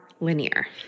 linear